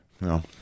no